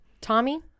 tommy